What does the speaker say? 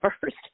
first